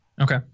Okay